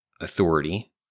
authority –